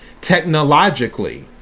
technologically